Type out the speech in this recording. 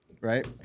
right